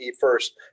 first